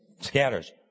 Scatters